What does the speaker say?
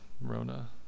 Rona